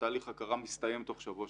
ותהליך ההכרה מסתיים תוך שבוע-שבועיים.